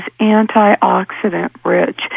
antioxidant-rich